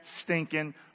stinking